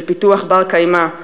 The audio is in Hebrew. של פיתוח בר-קיימא,